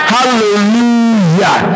Hallelujah